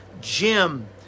Jim